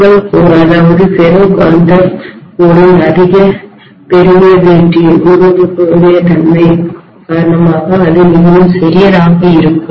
உங்கள் கோர் அதாவது ஃபெரோ காந்த மையத்தின் கோரின் அதிக பெர்மியபிலில்டி ஊடுருவக்கூடிய தன்மை காரணமாக அது மிகவும் சிறியதாக இருக்கும்